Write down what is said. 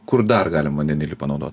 kur dar galim vandenilį panaudot